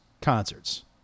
concerts